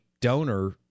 donor –